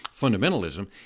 fundamentalism